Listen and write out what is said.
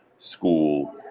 school